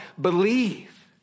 believe